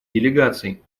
делегаций